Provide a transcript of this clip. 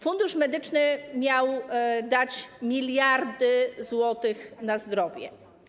Fundusz Medyczny miał dać miliardy złotych na zdrowie.